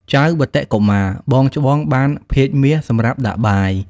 ចៅវត្តិ កុមារ (បងច្បង) បាន ភាជន៍មាស សម្រាប់ដាក់បាយ។